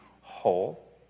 whole